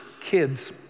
kids